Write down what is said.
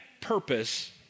purpose